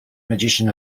magician